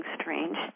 strange